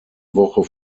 woche